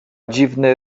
dziwny